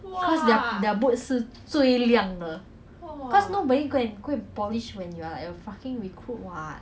I don't know leh maybe some want to sign on ah some want to like